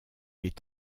est